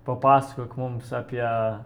papasakok mums apie